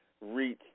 reach